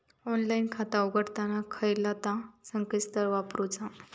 Online खाता उघडताना खयला ता संकेतस्थळ वापरूचा?